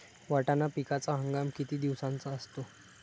वाटाणा पिकाचा हंगाम किती दिवसांचा असतो?